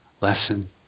lesson